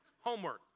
Homework